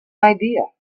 idea